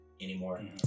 anymore